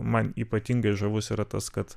man ypatingai žavus yra tas kad